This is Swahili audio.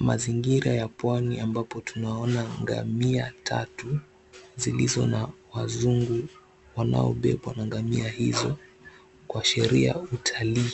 Mazingira ya pwani ambapo tunaona ngamia tatu zilizo na wazungu wanaobebwa na ngamia hizo kuashiria utalii.